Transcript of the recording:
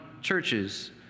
churches